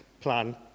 plan